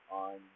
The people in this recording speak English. on